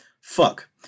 Fuck